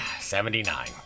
seventy-nine